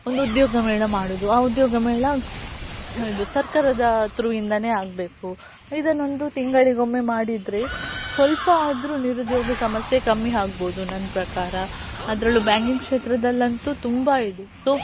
ಒಂದು ಉದ್ಯೋಗ ಮೇಳ ಮಾಡೋದು ಆ ಉದ್ಯೋಗ ಮೇಳ ಇದು ಸರ್ಕಾರದ ತ್ರೂಯಿಂದನೇ ಆಗಬೇಕು ಇದನ್ನೊಂದು ತಿಂಗಳಿಗೊಮ್ಮೆ ಮಾಡಿದರೆ ಸ್ವಲ್ಪ ಆದರು ನಿರುದ್ಯೋಗ ಸಮಸ್ಯೆ ಕಮ್ಮಿ ಆಗ್ಬೋದು ನನ್ನ ಪ್ರಕಾರ ಅದರಲ್ಲೂ ಬ್ಯಾಂಕಿಂಗ್ ಕ್ಷೇತ್ರದಲ್ಲಂತು ತುಂಬ ಇದು ಸೊ